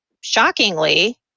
shockingly